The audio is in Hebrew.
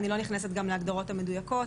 אני לא נכנסת גם להגדרות המדויקות,